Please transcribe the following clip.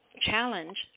challenge